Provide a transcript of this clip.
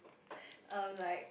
err like